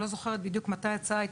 אני לא זוכרת בדיוק מתי ההצעה הייתה,